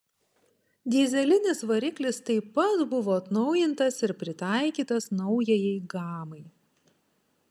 dyzelinis variklis taip pat buvo atnaujintas ir pritaikytas naujajai gamai